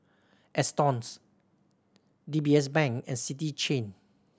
Astons D B S Bank and City Chain